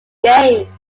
game